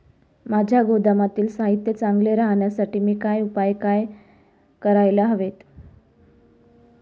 माझ्या गोदामातील साहित्य चांगले राहण्यासाठी मी काय उपाय काय करायला हवेत?